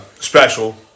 Special